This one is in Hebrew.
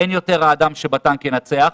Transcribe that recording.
אין יותר "האדם שבטנק ינצח",